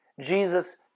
Jesus